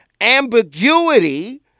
ambiguity